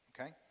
okay